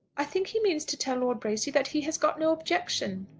i think he means to tell lord bracy that he has got no objection.